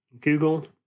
Google